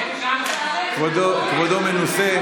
גם ותיקים נופלים.